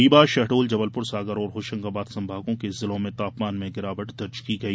रीवा शहडोल जबलपुर सागर और होशंगाबाद संभागों के जिलों में तापमान में गिरावट दर्ज की गई